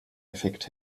effekt